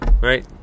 Right